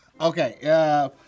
Okay